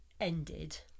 ended